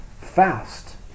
fast